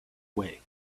way